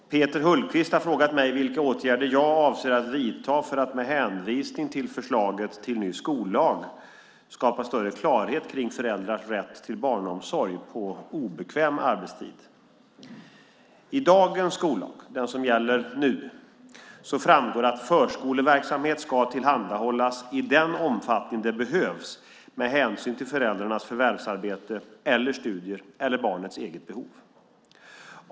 Herr talman! Peter Hultqvist har frågat mig vilka åtgärder jag avser att vidta för att med hänvisning till förslaget till ny skollag skapa större klarhet kring föräldrars rätt till barnomsorg på obekväm arbetstid. I dagens skollag, den som gäller nu, framgår att förskoleverksamhet ska tillhandahållas i den omfattning det behövs med hänsyn till föräldrarnas förvärvsarbete eller studier eller barnets eget behov.